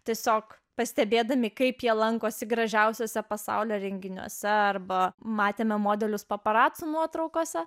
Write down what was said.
tiesiog pastebėdami kaip jie lankosi gražiausiuose pasaulio renginiuose arba matėme modelius paparacių nuotraukose